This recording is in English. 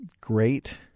great